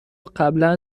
قبلا